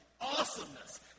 awesomeness